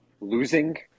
losing